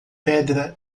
pedra